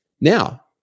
Now